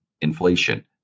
inflation